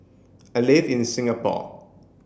I live in Singapore